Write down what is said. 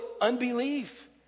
unbelief